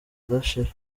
udashira